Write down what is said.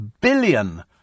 billion